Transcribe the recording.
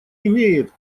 имеет